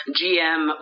gm